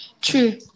True